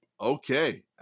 Okay